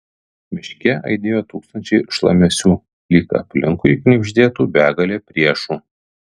miške aidėjo tūkstančiai šlamesių lyg aplinkui knibždėtų begalė priešų